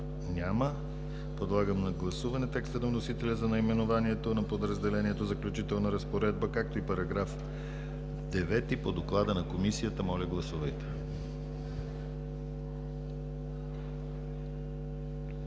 Няма. Подлагам на гласуване текста на вносителя за наименованието на подразделението „Заключителна разпоредба“, както и § 9 по доклада на Комисията. Гласували